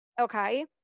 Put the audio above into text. Okay